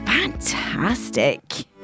Fantastic